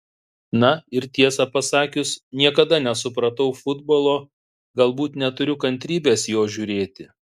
ne ir tiesą pasakius niekada nesupratau futbolo galbūt neturiu kantrybės jo žiūrėti